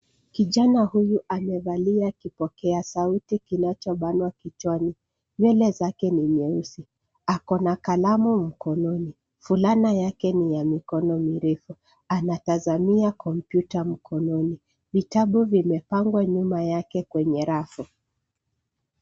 Kijana huyu amevalia kipokea sauti kinachobanwa kichwani. Nywele zake ni nyeusi. Ako na kalamu mkononi. Fulana yake ni ya mikono mirefu. Anatazamia kompyuta mkononi. Vitabu vimepangwa nyuma yake kwenye rafu.